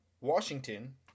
Washington